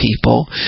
people